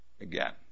again